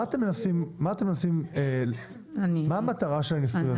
מה המטרה של הניסוי הזה?